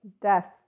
death